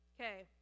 okay